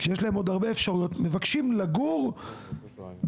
כשיש להם עוד הרבה אפשרויות מבקשים לגור בערד,